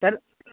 sir